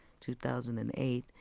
2008